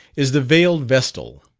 is the veiled vestal,